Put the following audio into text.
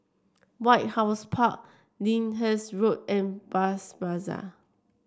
White House Park Lyndhurst Road and Bras Basah